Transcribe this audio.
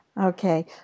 Okay